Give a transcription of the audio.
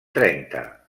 trenta